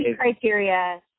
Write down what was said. criteria